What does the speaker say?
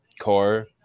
core